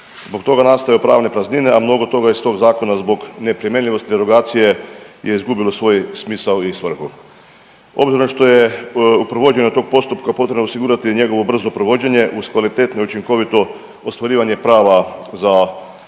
Zbog toga nastaju pravne praznine, a mnogo toga iz tog Zakona zbog neprimjenljivosti derogacije je izgubio svoj smisao i svrhu. Obzirom što je u provođenju tog postupka potrebno osigurati njegovo brzo provođenje uz kvalitetno i učinkovito ostvarivanje prava za građane,